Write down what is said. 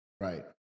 Right